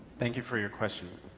thank you for your question.